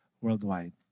worldwide